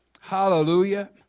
Hallelujah